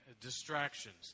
distractions